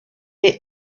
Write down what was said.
est